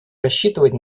рассчитывать